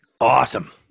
Awesome